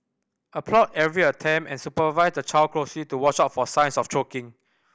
applaud every attempt and supervise the child closely to watch out for signs of choking